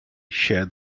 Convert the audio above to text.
share